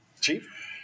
Chief